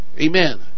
amen